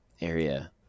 area